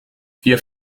wir